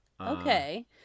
Okay